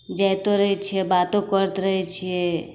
जाइतो रहै छिए बातो करैत रहै छिए